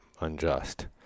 unjust